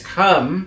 come